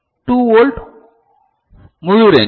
2 volt முழு range